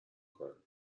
کنند